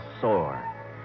sore